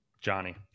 Johnny